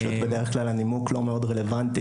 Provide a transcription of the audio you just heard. פשוט בדרך כלל הנימוק לא מאוד רלוונטי.